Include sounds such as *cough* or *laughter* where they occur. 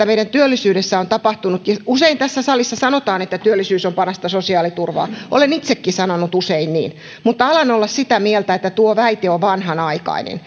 *unintelligible* meidän työllisyydessämme on tapahtunut usein tässä salissa sanotaan että työllisyys on parasta sosiaaliturvaa olen itsekin sanonut usein niin mutta alan olla sitä mieltä että tuo väite on vanhanaikainen *unintelligible*